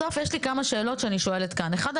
בסוף יש לי כמה שאלות שאני שואלת כאן: אחד,